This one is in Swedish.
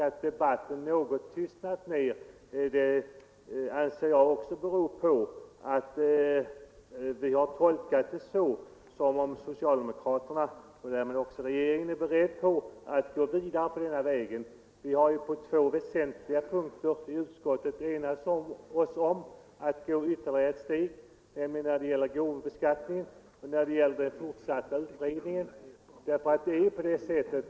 Att debatten något har dämpats anser jag också bero på att vi tolkat det som om socialdemokraterna och därmed regeringen är beredda att gå vidare på den inslagna vägen. Vi har på två väsentliga punkter i utskottet enat oss om att gå ett steg längre än propositionens förslag och det gäller gåvobeskattningen och den fortsatta utredningen om familjeföretagens kapitalskatteproblem.